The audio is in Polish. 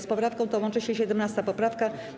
Z poprawką tą łączy się 17. poprawka.